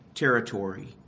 Territory